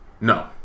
No